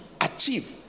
achieve